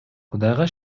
кудай